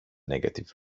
negative